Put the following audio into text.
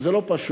שזה לא פשוט.